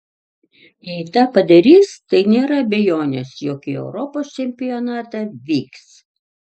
jei tą padarys tai nėra abejonės jog į europos čempionatą vyks